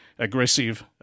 Aggressive